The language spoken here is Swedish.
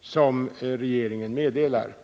som regeringen meddelar.